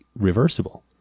reversible